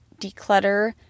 declutter